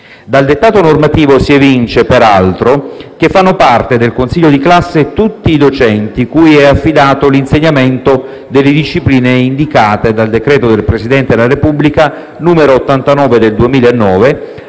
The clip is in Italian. Dal dettato normativo si evince, peraltro, che fanno parte del consiglio di classe tutti i docenti cui è affidato l'insegnamento delle discipline indicate nel decreto del Presidente della Repubblica n. 89 del 2009,